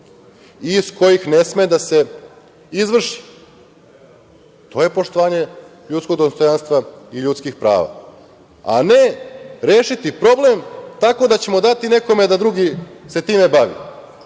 iz kojih ne sme da se izvrši. To je poštovanje ljudskog dostojanstva i ljudskih prava. A ne - rešiti problem tako da ćemo dati nekome da drugi se time